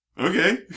Okay